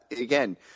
again